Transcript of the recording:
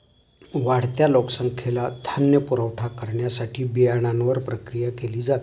वाढत्या लोकसंख्येला धान्य पुरवठा करण्यासाठी बियाण्यांवर प्रक्रिया केली जाते